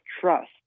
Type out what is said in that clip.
trust